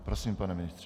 Prosím, pane ministře.